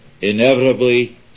inevitably